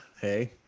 Hey